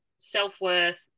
self-worth